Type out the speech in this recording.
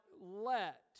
let